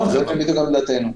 זוהי בדיוק עמדתנו.